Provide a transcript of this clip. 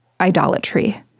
idolatry